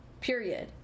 period